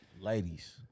Ladies